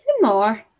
more